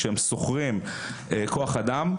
כשהם שוכרים כוח אדם,